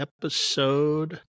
Episode